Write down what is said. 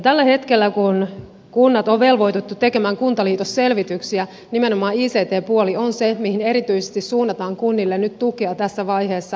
tällä hetkellä kun kunnat on velvoitettu tekemään kuntaliitosselvityksiä nimenomaan ict puoli on se mihin erityisesti suunnataan kunnille nyt tukea tässä vaiheessa